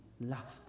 laughed